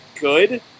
good